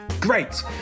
Great